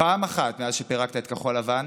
פעם אחת מאז שפירקת את כחול לבן,